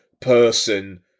person